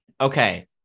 Okay